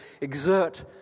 exert